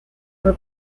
por